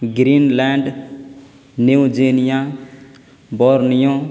green land New Guinea Borneo